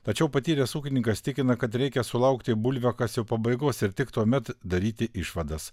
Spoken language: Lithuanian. tačiau patyręs ūkininkas tikina kad reikia sulaukti bulviakasio pabaigos ir tik tuomet daryti išvadas